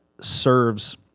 serves